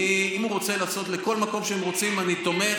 אם הוא רוצה, לכל מקום שהם רוצים, אני תומך.